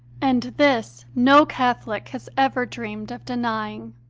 and this no catholic has ever dreamed of denying.